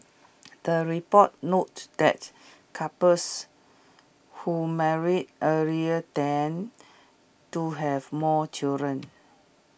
the report noted that couples who marry earlier tend to have more children